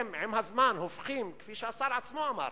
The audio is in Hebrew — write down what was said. עם הזמן הם הופכים, כפי שהשר עצמו אמר,